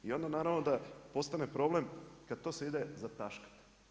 I onda naravno da postane problem kad to se ide zataškati.